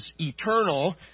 eternal